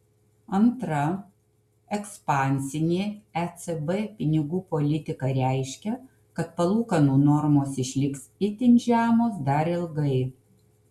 antra ekspansinė ecb pinigų politika reiškia kad palūkanų normos išliks itin žemos dar ilgai